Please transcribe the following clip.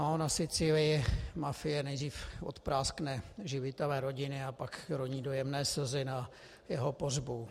Na Sicílii mafie nejdřív odpráskne živitele rodiny, a pak roní dojemné slzy na jeho pohřbu.